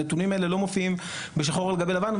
הנתונים האלה לא מופיעים בשחור על גבי לבן,